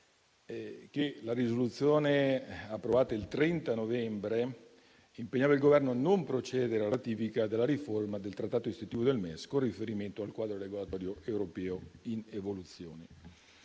che la risoluzione approvata il 30 novembre impegnava il Governo a non procedere alla ratifica della riforma del Trattato istitutivo del MES con riferimento al quadro regolatorio europeo in evoluzione.